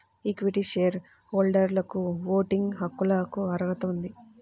equity share హోల్డర్లకుఓటింగ్ హక్కులకుఅర్హత ఉంది